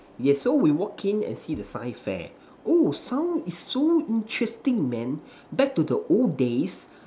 yes so we walk in and see the science fair oh sound is so interesting man back to the old days